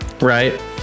right